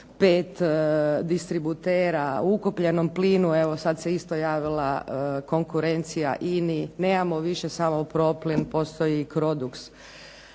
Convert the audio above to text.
5 distributera u ukapljenom plinu evo sada se isto javila konkurencija INA-i, nemamo više problem postoji i Crodux.